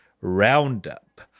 roundup